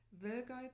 Virgo